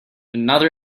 another